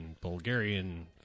Bulgarian